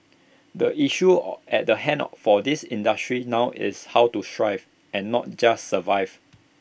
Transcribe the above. the issue at hand for this industry now is how to thrive and not just survive